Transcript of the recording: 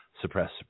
suppress